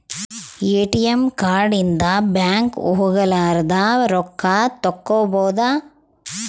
ATM card ಇಂದ bank ಹೋಗಲಾರದ ರೊಕ್ಕ ತಕ್ಕ್ಕೊಬೊದು